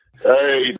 Hey